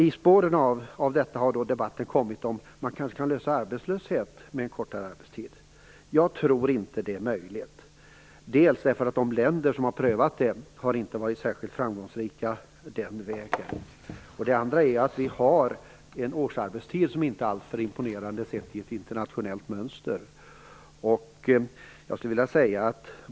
I spåren av detta har debatten uppstått om huruvida man kan lösa arbetslöshetsproblemet med en kortare arbetstid. Jag tror inte att det är möjligt, dels därför att de länder som har prövat det inte har varit särskilt framgångsrika, dels därför att vi har en årsarbetstid som inte är alltför imponerande sett i ett internationellt perspektiv.